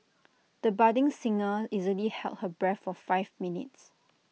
the budding singer easily held her breath for five minutes